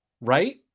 right